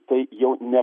tai jau ne